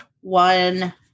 one